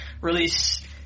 release